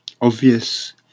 obvious